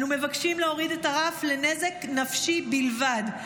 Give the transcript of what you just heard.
אנו מבקשים להוריד את הרף לנזק נפשי בלבד,